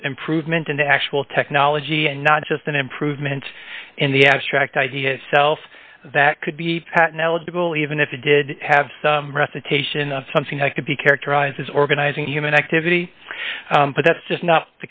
of improvement in the actual technology and not just an improvement in the abstract idea itself that could be patent eligible even if it did have some recitation of something that could be characterized as organizing human activity but that's just not